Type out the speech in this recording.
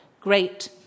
Great